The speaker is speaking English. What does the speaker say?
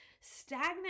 stagnant